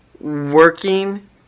working